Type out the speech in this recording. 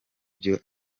byo